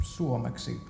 suomeksi